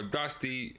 dusty